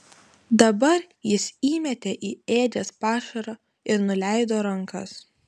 dabar jis įmetė į ėdžias pašaro ir nuleido rankas